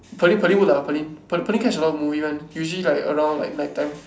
Perlyn Perlyn would ah Perlyn Perlyn catch a lot of movie [one] usually like around night time